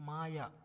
Maya